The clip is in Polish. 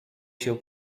się